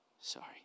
Sorry